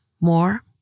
more